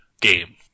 game